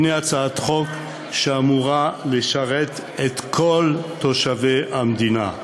הנה הצעת חוק שאמורה לשרת את כל תושבי המדינה.